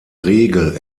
regel